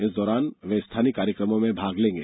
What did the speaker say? इस दौरान वे स्थानीय कार्यक्रमों में भाग लेंगे